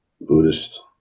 Buddhist